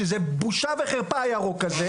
שזה בושה וחרפה הירוק הזה,